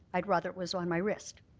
i'd rather it was on my wrist.